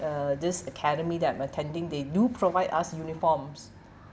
uh this academy that I am attending they do provide us uniforms